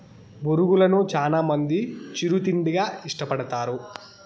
బొరుగులను చానా మంది చిరు తిండిగా ఇష్టపడతారు